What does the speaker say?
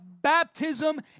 baptism